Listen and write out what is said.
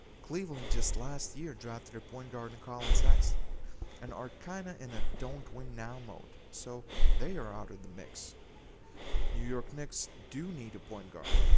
cleveland just last year drafted a point guard in collin sexton and are kinda in a don't win now mode, so they are out of the mix new york knicks do need a point guard.